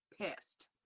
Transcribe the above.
pissed